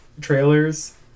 trailers